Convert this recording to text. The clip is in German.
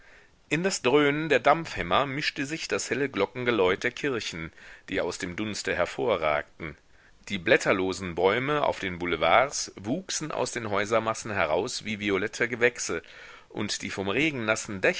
in das dröhnen der dampfhämmer mischte sich das helle glockengeläut der kirchen die aus dem dunste hervorragten die blätterlosen bäume auf den boulevards wuchsen aus den häusermassen heraus wie violette gewächse und die vom